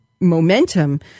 momentum